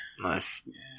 Nice